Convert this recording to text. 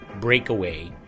Breakaway